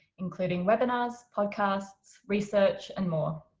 including webinars, podcasts, research and more.